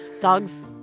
Dogs